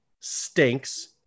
stinks